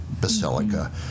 basilica